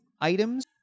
items